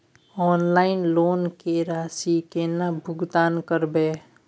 Online loan के राशि केना भुगतान करबे?